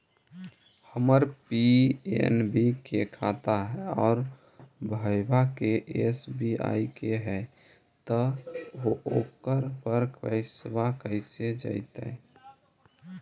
हमर पी.एन.बी के खाता है और भईवा के एस.बी.आई के है त ओकर पर पैसबा कैसे जइतै?